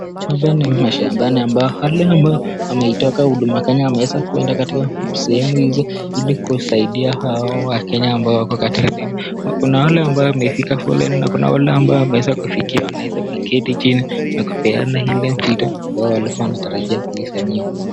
Mashambani ambapo wale ambao wameitoka huduma Kenya wameweza kwenda katika sehemu hizo ili kusaidia hao wakenya. Kuna wale ambao wamepiga foleni na kuna wale wameweza kufikiwa wameweza kuketi chini na kupeana ile vitu ambao walikua wanatarajia kufanyiwa.